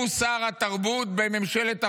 הוא שר התרבות בממשלת החורבן,